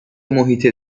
محیط